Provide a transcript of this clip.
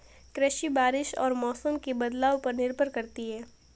कृषि बारिश और मौसम के बदलाव पर निर्भर करती है